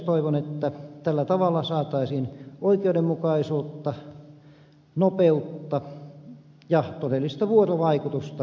toivon että tällä tavalla saataisiin oikeudenmukaisuutta nopeutta ja todellista vuorovaikutusta kaavoitusprosesseihin